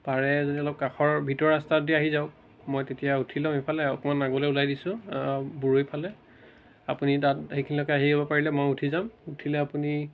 পাৰে যদি অলপ কাষৰ ভিতৰৰ ৰাস্তাটোৱেদি আহি যাওক মই তেতিয়া উঠি ল'ম এইফালে অকণমান আগলে ওলাই দিছো বৰৈৰ ফালে আপুনি তাত সেইখিনিলেকে আহিব পাৰিলে মই উঠি যাম উঠিলে আপুনি